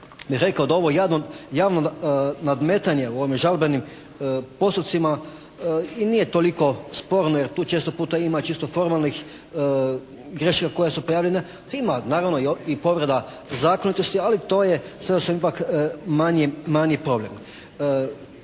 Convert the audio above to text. bih rekao da ovo javno nadmetanje u ovim žalbenim postupcima i nije toliko sporno jer tu često puta ima čisto formalnih grešaka koje su napravljene. Ima naravno i povreda zakonitosti ali to je sve ipak manji i